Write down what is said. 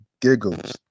giggles